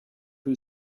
who